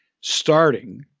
starting